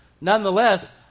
nonetheless